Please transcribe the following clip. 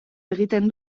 egiten